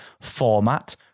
format